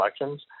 elections